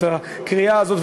את הקריאה הזאת,